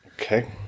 Okay